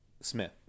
Smith